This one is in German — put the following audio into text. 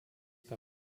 bei